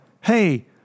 hey